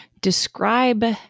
Describe